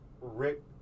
Rick